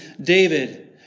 David